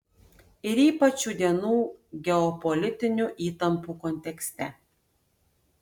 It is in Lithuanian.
ir ypač šių dienų geopolitinių įtampų kontekste